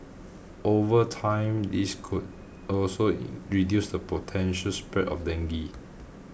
over time this could also reduce the potential spread of dengue